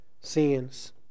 sins